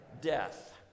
death